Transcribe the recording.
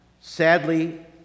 sadly